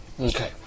Okay